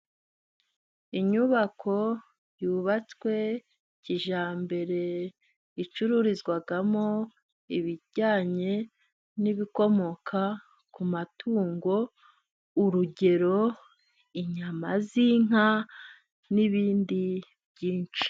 Inyubako yubatswe kijyambere icururizwamo ibijyanye n'ibikomoka ku matungo, urugero inyama z'inka n'ibindi byinshi.